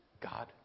God